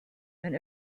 and